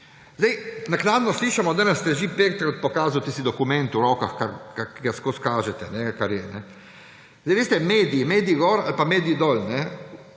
Naknadno slišimo, danes ste že petkrat pokazali tisti dokument v rokah, ki ga vedno kažete, kar je. Veste, mediji, mediji gor ali pa mediji dol,